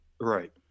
Right